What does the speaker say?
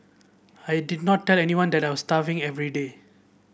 I did not tell anyone that I was starving every day